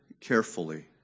carefully